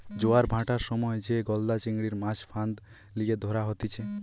জোয়ার ভাঁটার সময় যে গলদা চিংড়ির, মাছ ফাঁদ লিয়ে ধরা হতিছে